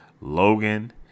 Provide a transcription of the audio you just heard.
Logan